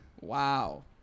wow